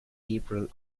april